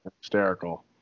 hysterical